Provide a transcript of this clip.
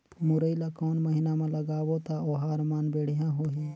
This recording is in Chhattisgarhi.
मुरई ला कोन महीना मा लगाबो ता ओहार मान बेडिया होही?